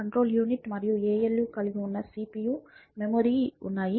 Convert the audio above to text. control unit మరియు ALU కలిగి ఉన్న CPU మెమరీ ఉన్నాయి